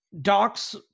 Doc's